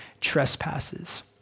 trespasses